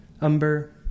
Umber